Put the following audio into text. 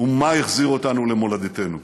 ומה החזיר אותנו למולדתנו.